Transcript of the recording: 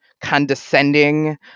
condescending